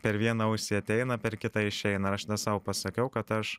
per vieną ausį ateina per kitą išeina aš ne sau pasakiau kad aš